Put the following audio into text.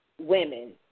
Women